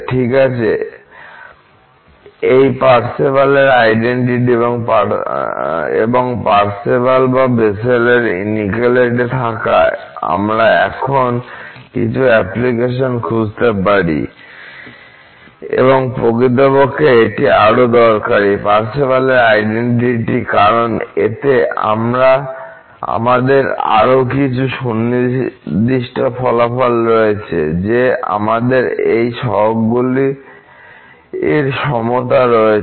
ঠিক আছে এই পার্সেভালের আইডেনটিটি এবং পার্সেভালের বা বেসেলের ইনউকুয়ালিটি থাকা আমরা এখন কিছু অ্যাপ্লিকেশন খুঁজতে পারি এবং প্রকৃতপক্ষে এটি আরও দরকারী পার্সেভালের আইডেনটিটি কারণ এতে আমাদের আরও সুনির্দিষ্ট ফলাফল রয়েছে যে আমাদের এই সহগগুলির সমতা রয়েছে